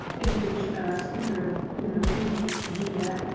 if the speaker you know chooses to do that.